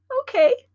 okay